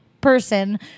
person